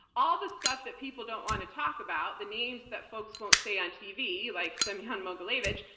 all the stuff that people don't want to talk about, the names that folks won't stay on tv like semion mogilevich,